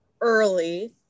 early